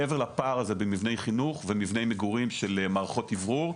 מעבר לפער במבני חינוך ומגורים של מערכות אוורור,